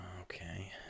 Okay